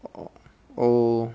orh orh oh